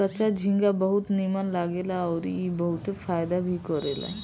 कच्चा झींगा बहुत नीमन लागेला अउरी ई बहुते फायदा भी करेला